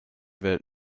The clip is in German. welt